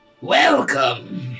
welcome